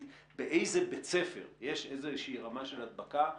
באיזה בית ספר יש איזושהי רמה של הדבקה,